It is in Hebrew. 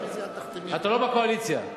אתה לא בקואליציה.